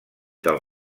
del